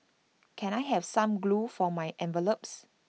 can I have some glue for my envelopes